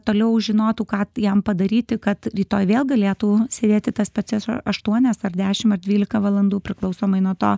toliau žinotų ką jam padaryti kad rytoj vėl galėtų sėdėti tas pačias aštuonias ar dešim ar dvylika valandų priklausomai nuo to